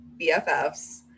BFFs